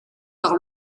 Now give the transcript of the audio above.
par